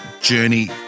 journey